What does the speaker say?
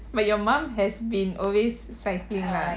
but your mum has been always cycling ah